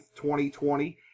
2020